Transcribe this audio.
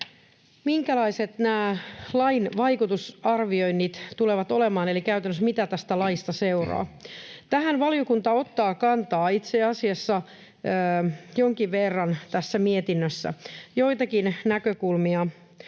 minkälaiset nämä lain vaikutusarvioinnit tulevat olemaan, eli käytännössä, mitä tästä laista seuraa. Tähän valiokunta ottaa kantaa itse asiassa jonkin verran tässä mietinnössä. Joitakin näkökulmia